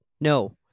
No